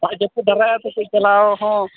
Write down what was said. ᱦᱚᱭᱼᱡᱟᱹᱯᱩᱫ ᱫᱟᱨᱟᱭ ᱟᱯᱮᱥᱮᱫ ᱪᱟᱞᱟᱣᱦᱚᱸ